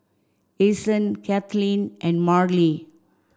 Ason Cathleen and Marlie